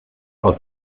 aus